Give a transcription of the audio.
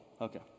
Okay